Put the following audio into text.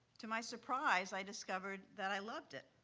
to my surprise, i discovered that i loved it.